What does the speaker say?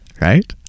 right